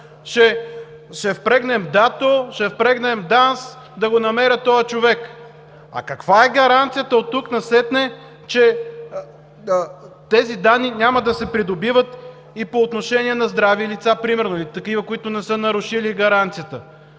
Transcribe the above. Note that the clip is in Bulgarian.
ще впрегнем ДАТО, ще впрегнем ДАНС да го намерят този човек. А каква е гаранцията оттук насетне, че тези данни няма да се придобиват и по отношение на здрави лица примерно или такива, които не са нарушили гаранцията